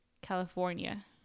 california